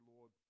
Lord